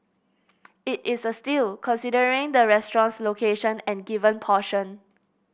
it is a steal considering the restaurant's location and given portion